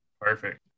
Perfect